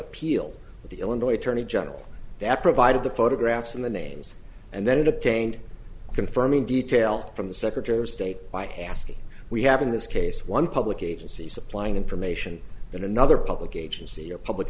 the illinois attorney general that provided the photographs and the names and then obtained confirming details from the secretary of state by haski we have in this case one public agency supplying information that another public agency or public